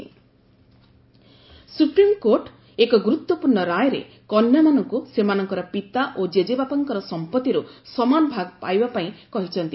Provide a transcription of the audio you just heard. SC ଇନ୍ହେରିଷ୍ଟାନ୍ନ right supreme court ଏକ ଗୁରୁତ୍ୱପୂର୍ଣ୍ଣ ରାୟରେ କନ୍ୟାମାନଙ୍କୁ ସେମାନଙ୍କର ପିତା ଓ ଜେଜବାପାଙ୍କର ସମ୍ପତ୍ତିରୁ ସମାନ ଭାଗ ପାଇବା ପାଇଁ କହିଛନ୍ତି